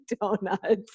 donuts